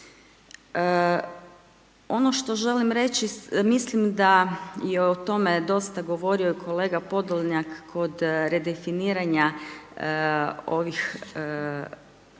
Ono što želim reći, mislim da je o tome dosta govorio i kolega Podoljnjak kod redefinirana ovih odredbi